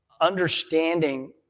understanding